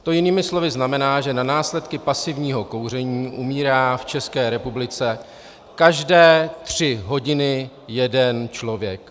To jinými slovy znamená, že na následky pasivního kouření umírá v České republice každé tři hodiny jeden člověk.